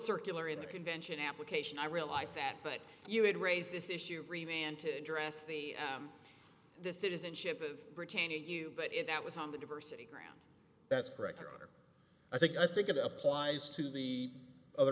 circular in the convention application i realize that but you would raise this issue remained to address the m the citizenship of britannia you but if that was on the diversity ground that's correct your honor i think i think it applies to the othe